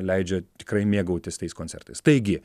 leidžia tikrai mėgautis tais koncertais taigi